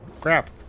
Crap